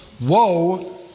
Woe